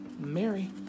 mary